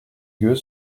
gueux